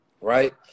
Right